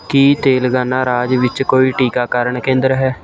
ਕੀ ਤੇਲੰਗਾਨਾ ਰਾਜ ਵਿੱਚ ਕੋਈ ਟੀਕਾਕਰਨ ਕੇਂਦਰ ਹੈ